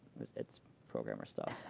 it's programmer stuff,